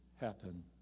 happen